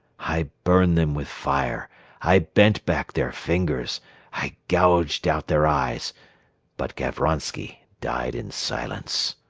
i burned them with fire i bent back their fingers i gouged out their eyes but gavronsky died in silence.